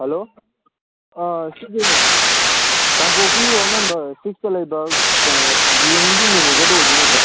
hello ꯁꯤꯕꯨ ꯀꯥꯡꯄꯣꯛꯄꯤ ꯋꯥꯔꯠ ꯅꯝꯕꯔ ꯁꯤꯛꯇ ꯂꯩꯕ ꯀꯩꯅꯣ ꯕꯦꯡꯒꯤ ꯃꯦꯅꯦꯖꯔꯗꯣ ꯑꯣꯏꯗꯣꯏ ꯅꯠꯇ꯭ꯔꯣ